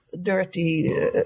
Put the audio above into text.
dirty